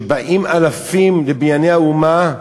שבאים אלפים ל"בנייני האומה",